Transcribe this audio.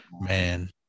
man